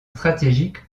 stratégique